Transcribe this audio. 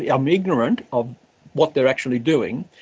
yeah i'm ignorant of what they're actually doing.